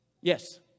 Yes